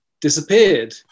disappeared